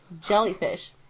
jellyfish